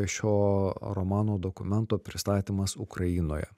šio romano dokumento pristatymas ukrainoje